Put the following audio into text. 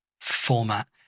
format